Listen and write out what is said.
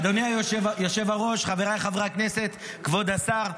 אדוני היושב-ראש, חבריי חברי הכנסת, כבוד השר,